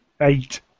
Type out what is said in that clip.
Eight